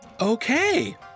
Okay